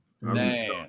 Man